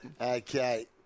Okay